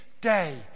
day